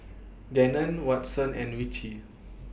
Gannon Watson and Richie